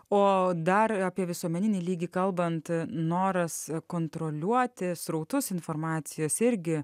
o dar apie visuomeninį lygį kalbant noras kontroliuoti srautus informacijos irgi